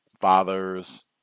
fathers